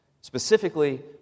specifically